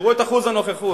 תראו את אחוז הנוכחות.